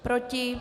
Proti?